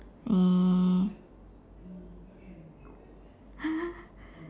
uh